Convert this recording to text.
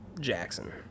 Jackson